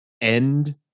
end